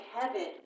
heaven